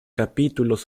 capítulos